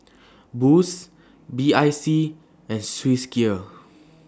Boost B I C and Swissgear